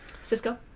Cisco